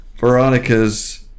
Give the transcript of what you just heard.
Veronica's